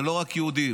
ולא רק יהודים,